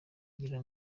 ngira